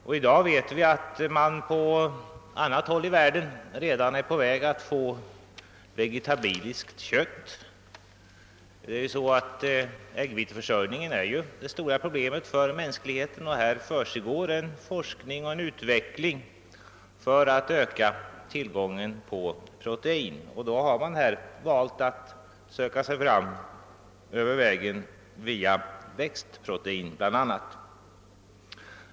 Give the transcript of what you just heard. Vi vet att man på annat håll i världen redan är på väg att framställa vegetabiliskt kött. äggviteförsörjningen är ju det stora problemet för mänskligheten, och det pågår forskning och utvecklingsarbete för att öka tillgången på protein. Man har då valt att bl.a. söka sig fram via växtprotein.